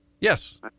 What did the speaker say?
Yes